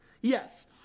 Yes